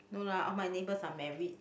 no lah all my neighbours are married